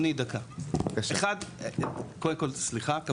אדוני דקה, קודם כל סליחה.